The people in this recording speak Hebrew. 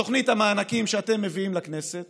בתוכנית המענקים שאתם מביאים לכנסת